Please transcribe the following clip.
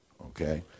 okay